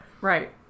Right